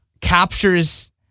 captures